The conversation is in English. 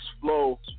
flow